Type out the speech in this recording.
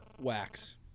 Wax